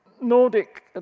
Nordic